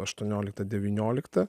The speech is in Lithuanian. aštuoniolikta devyniolikta